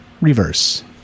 reverse